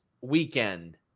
weekend